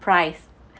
price